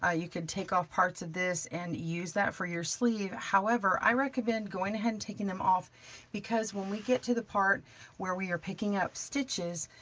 ah you could take off parts of this and use that for your sleeve. however, i recommend going ahead and taking them off because when we get to the part where we are picking up stitches,